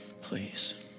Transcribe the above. please